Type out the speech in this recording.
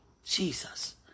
Jesus